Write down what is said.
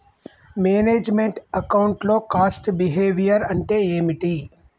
Manage meant account లో cost behaviour అంటే ఏమిటి?